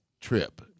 trip